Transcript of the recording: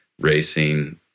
racing